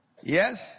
Yes